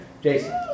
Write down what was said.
Jason